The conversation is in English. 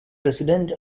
president